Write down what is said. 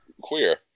queer